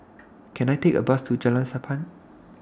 Can I Take A Bus to Jalan Sappan